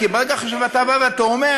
כי ברגע שאתה בא ואתה אומר